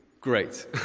Great